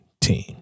team